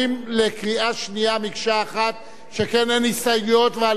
שכן אין הסתייגויות ועל זכויות הדיבור אין מצביעים.